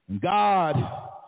God